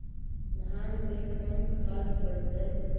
धान मे कोन खाद पड़तै?